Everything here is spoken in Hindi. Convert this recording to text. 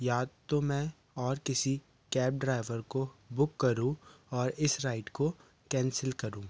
या तो मैं और किसी कैब ड्राइवर को बुक करूँ और इस राइड को कैंसिल करूँ